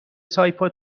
سایپا